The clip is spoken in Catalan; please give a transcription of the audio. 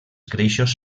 greixos